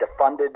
defunded